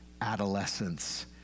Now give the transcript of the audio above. adolescence